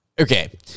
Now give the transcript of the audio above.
okay